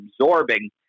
absorbing